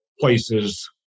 places